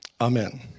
Amen